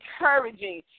encouraging